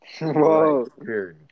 whoa